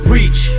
Reach